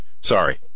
sorry